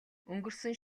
өнгөрсөн